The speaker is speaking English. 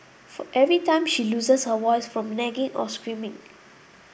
for every time she loses her voice from nagging or screaming